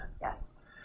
Yes